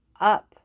up